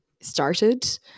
started